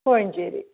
Kozhencherry